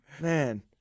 Man